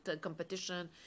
competition